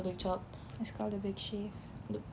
it's called the big shave